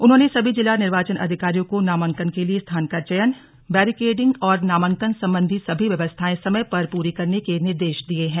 उन्होंने सभी जिला निर्वाचन अधिकारियों को नामांकन के लिए स्थान का चयन बैरिकेडिंग और नामांकन संबंधी सभी व्यवस्थाएं समय पर पूरी करने के निर्देश दिये हैं